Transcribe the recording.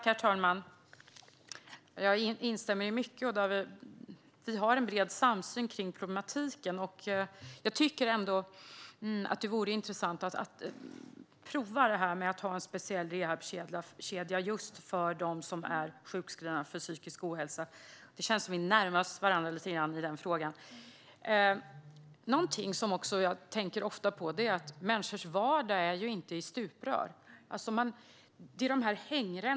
Herr talman! Jag instämmer i mycket. Vi har en bred samsyn om problematiken. Det vore intressant att prova en speciell rehabkedja just för dem som är sjukskrivna för psykisk ohälsa. Det känns som att jag och Annika Strandhäll närmar oss varandra lite grann i den frågan. Jag tänker också ofta på att människors vardag inte fungerar som stuprör.